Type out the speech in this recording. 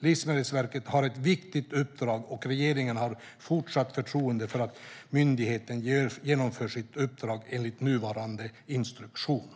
Livsmedelsverket har ett viktigt uppdrag, och regeringen har fortsatt förtroende för att myndigheten genomför sitt uppdrag enligt nuvarande instruktion.